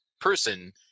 person